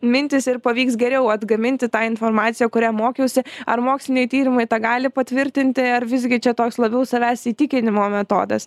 mintys ir pavyks geriau atgaminti tą informaciją kurią mokiausi ar moksliniai tyrimai tą gali patvirtinti ar visgi čia toks labiau savęs įtikinimo metodas